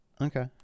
Okay